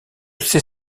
sais